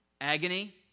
Agony